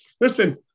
Listen